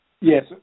Yes